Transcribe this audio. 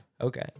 Okay